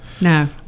No